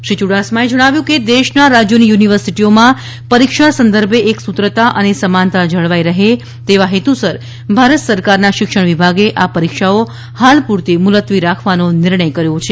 શ્રી યુડાસમાએ જણાવ્યું કે દેશના રાજ્યોની યુનિવર્સિટીઓમાં પરિક્ષા સંદર્ભે એકસૂત્રતા અને સમાનતા જળવાઇ રહે તેવા હેતુસર ભારત સરકારના શિક્ષણવિભાગે આ પરિક્ષાઓ હાલ પૂરતી મુલત્વી રાખવાનો નિર્ણય કર્યો છે